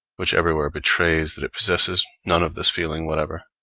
which everywhere betrays that it possesses none of this feeling whatever.